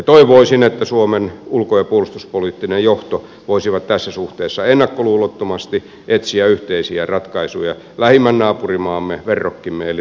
toivoisin että suomen ulko ja puolustuspoliittinen johto voisi tässä suhteessa ennakkoluulottomasti etsiä yhteisiä ratkaisuja lähimmän naapurimaamme verrokkimme eli ruotsin kanssa